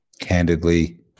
candidly